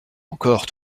encore